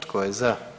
Tko je za?